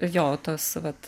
jo tas vat